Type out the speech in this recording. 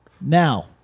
Now